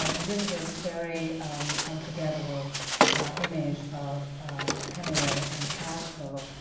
um and this is a very unforgettable image of hemingway and castro.